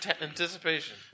anticipation